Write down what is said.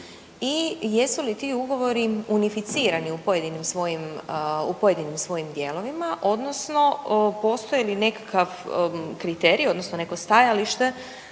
i jesu li ti ugovori unificirani u pojedinim svojim dijelovima odnosno postoji li nekakav kriterij odnosno neko stajalište